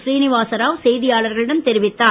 சீனிவாச ராவ் செய்தியாளர்களிடம் தெரிவித்தார்